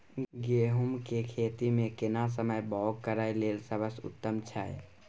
गहूम के खेती मे केना समय बौग करय लेल सबसे उत्तम छै?